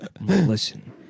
Listen